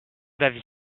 d’avis